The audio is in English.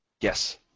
Yes